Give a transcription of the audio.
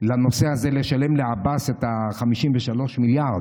לנושא הזה, לשלם לעבאס את ה-53 מיליארד.